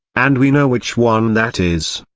and we know which one that is.